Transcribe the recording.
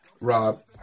Rob